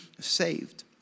saved